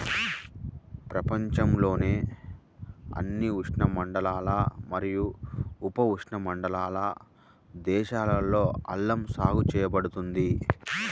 ప్రపంచంలోని అన్ని ఉష్ణమండల మరియు ఉపఉష్ణమండల దేశాలలో అల్లం సాగు చేయబడుతుంది